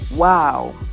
Wow